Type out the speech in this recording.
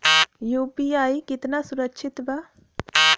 UPI कितना सुरक्षित बा?